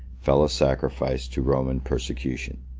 fell a sacrifice to roman persecution.